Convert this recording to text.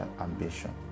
ambition